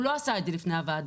הוא לא עשה את זה לפני הוועדה.